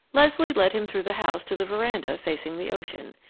leslie led him through the house to the veranda facing the ocean.